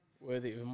worthy